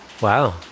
wow